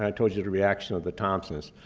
i told you the reaction of the thompsons,